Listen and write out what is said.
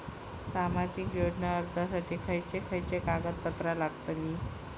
सामाजिक योजना अर्जासाठी खयचे खयचे कागदपत्रा लागतली?